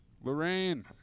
Lorraine